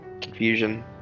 confusion